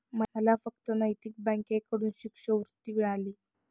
मला फक्त नैतिक बँकेकडून शिष्यवृत्ती मिळाली